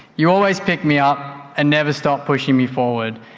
you always pick me up and never stop pushing me forward,